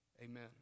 Amen